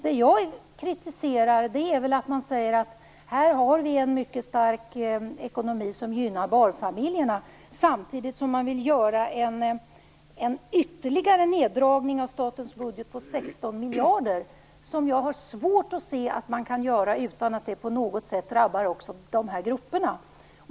Det jag kritiserar är att man säger att man har mycket starka förslag som gynnar barnfamiljerna, samtidigt som man vill dra ned statens budget med ytterligare 16 miljarder. Jag har svårt att se att man kan göra det utan att det på något sätt drabbar också dessa grupper.